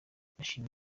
ndashima